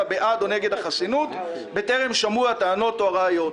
בעד או נגד החסינות בטרם שמעו את הטענות או הראיות.